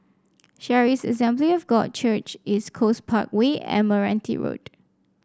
Charis Assembly of God Church East Coast Parkway and Meranti Road